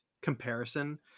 comparison